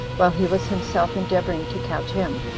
while he was himself endeavoring to catch him.